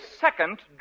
second